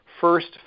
first